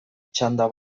txanda